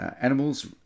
Animals